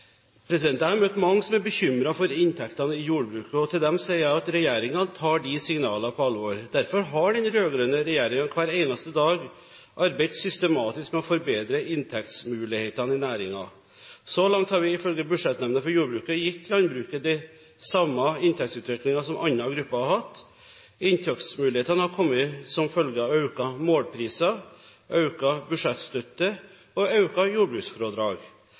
Jeg har møtt mange som er bekymret for inntektene i jordbruket. Til dem sier jeg at regjeringen tar de signalene på alvor. Derfor har den rød-grønne regjeringen hver eneste dag arbeidet systematisk med å forbedre inntektsmulighetene i næringen. Så langt har vi, ifølge Budsjettnemnda for jordbruket, gitt landbruket den samme inntektsutviklingen som andre grupper har hatt. Inntektsmulighetene har kommet som følge av økte målpriser, økt budsjettstøtte og økt jordbruksfradrag.